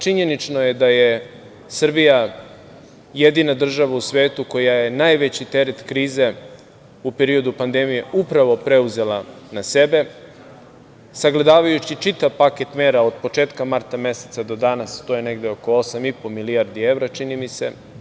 Činjenično je da je Srbija jedina država u svetu koja je najveći teret krize u periodu pandemije upravo preuzela na sebe, sagledavajući čitav paket mera od početka marta meseca do danas, to je negde oko 8,5 milijardi evra, čini mi se.